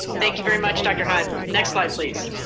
thank you very much, dr. hunt. next slide please.